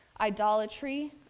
idolatry